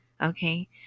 Okay